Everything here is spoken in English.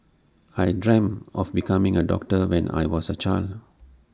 I dreamt of becoming A doctor when I was A child